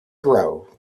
grow